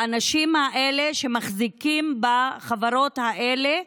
האנשים האלה, שמחזיקים בחברות האלה,